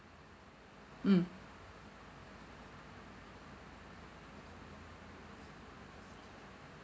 mm